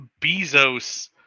Bezos